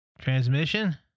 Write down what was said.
transmission